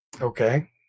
okay